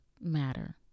Matter